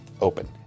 open